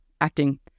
acting